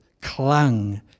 clung